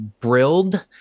Brilled